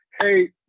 Hey